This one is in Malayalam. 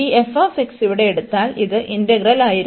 അതിനാൽ ഈ f ഇവിടെ എടുത്താൽ അത് ഇന്റഗ്രലായിരുന്നു